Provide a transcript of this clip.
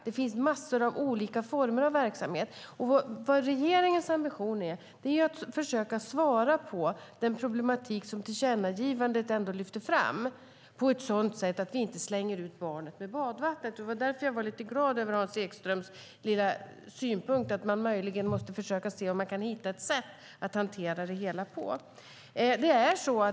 Det finns mängder av olika former av verksamhet. Regeringens ambition är att försöka svara på den problematik som tillkännagivandet lyfter fram och göra det på ett sådant sätt att vi inte slänger ut barnet med badvattnet. Därför blev jag lite glad över Hans Ekströms lilla synpunkt att man möjligen måste försöka hitta ett sätt att hantera det hela på.